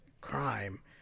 crime